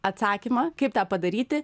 atsakymą kaip tą padaryti